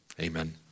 Amen